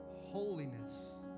holiness